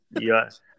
yes